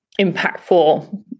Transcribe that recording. impactful